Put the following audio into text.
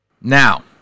Now